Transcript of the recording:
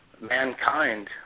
mankind